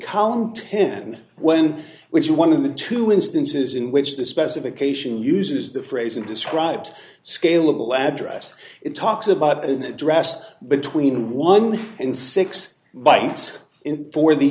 column ten when which one of the two instances in which the specification uses the phrase and described scalable address it talks about an address between one and six bytes in for the